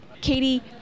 Katie